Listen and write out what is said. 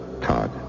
Todd